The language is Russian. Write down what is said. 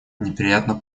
неприятно